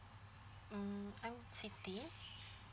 mm I'm siti